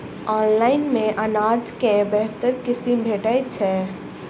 Online मे अनाज केँ बेहतर किसिम भेटय छै?